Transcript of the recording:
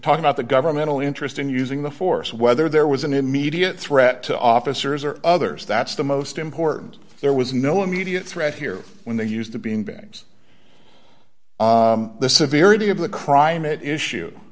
talk about the governmental interest in using the force whether there was an immediate threat to officers or others that's the most important there was no immediate threat here when they used to be in bangs the severity of the crime it issue